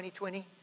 2020